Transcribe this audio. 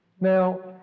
Now